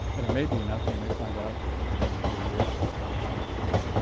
and it may be enough. we may find out in three years, as don says, that